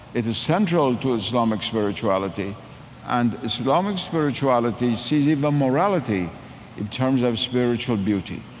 it is central to islamic spirituality and islamic spirituality sees even um morality in terms of spiritual beauty.